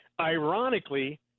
ironically